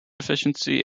efficiency